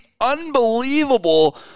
unbelievable